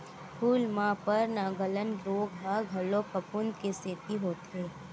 फूल म पर्नगलन रोग ह घलो फफूंद के सेती होथे